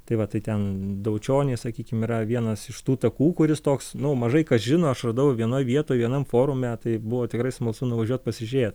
tai va tai ten daučionys sakykim yra vienas iš tų takų kuris toks nu mažai kas žino aš radau vienoj vietoj vienam forume tai buvo tikrai smalsu nuvažiuot pasižiūrėt